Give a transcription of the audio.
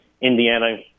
Indiana